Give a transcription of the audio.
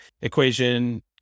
equation